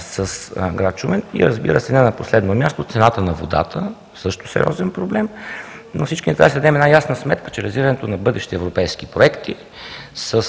с град Шумен и, разбира се, не на последно място цената на водата – също сериозен проблем, но всички трябва да си дадем една ясна сметка, че реализирането на бъдещи европейски проекти с